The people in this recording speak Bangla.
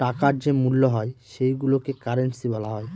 টাকার যে মূল্য হয় সেইগুলোকে কারেন্সি বলা হয়